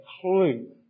clue